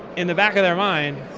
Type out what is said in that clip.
in the back of their mind,